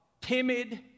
timid